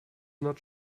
not